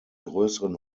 größeren